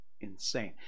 Insane